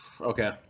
Okay